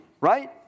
Right